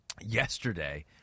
yesterday